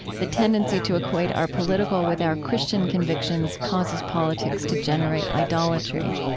the tendency to equate our political with our christian convictions causes politics to generate idolatry.